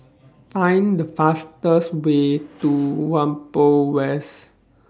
Find The fastest Way to Whampoa West